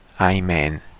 Amen